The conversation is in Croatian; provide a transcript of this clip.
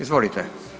Izvolite.